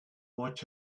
watch